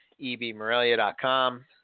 ebmorelia.com